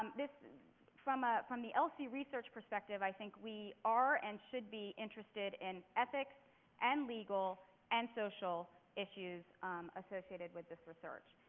um this, from ah from the lc research perspective i think we are and should be interested in ethics and legal and social issues associated with this research.